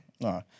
No